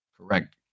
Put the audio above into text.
Correct